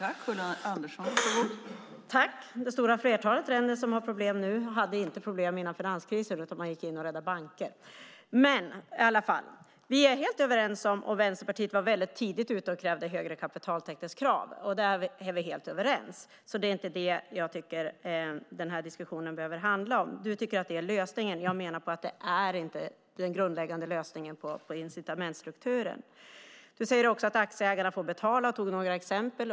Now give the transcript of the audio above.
Fru talman! Det stora flertalet länder som har problem nu hade inte problem före finanskrisen. Man gick in och räddade banker. Vänsterpartiet var tidigt ute med högre kapitaltäckningskrav. Där är vi helt överens. Jag tycker inte att den här diskussionen behöver handla om det. Du tycker att det är lösningen. Jag menar att det inte är den grundläggande lösningen på incitamentsstrukturen. Du säger också att aktieägarna får betala, och du gav några exempel.